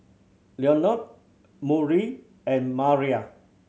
Lenord Murry and Maira